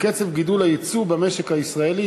בקצב גידול היצוא במשק הישראלי,